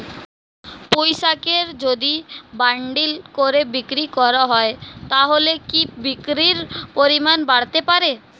পুঁইশাকের যদি বান্ডিল করে বিক্রি করা হয় তাহলে কি বিক্রির পরিমাণ বাড়তে পারে?